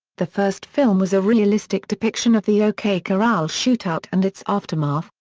the first film was a realistic depiction of the o k. corral shootout and its aftermath,